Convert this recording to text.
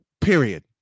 period